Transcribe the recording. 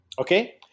Okay